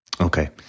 Okay